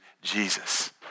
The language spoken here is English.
Jesus